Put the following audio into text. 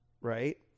right